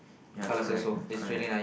ya correct correct